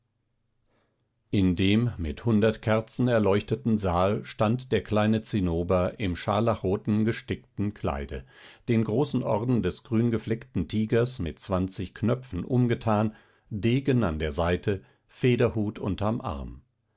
in dem mit hundert kerzen erleuchteten saal stand der kleine zinnober im scharlachroten gestickten kleide den großen orden des grüngefleckten tigers mit zwanzig knöpfen umgetan degen an der seite federhut unterm arm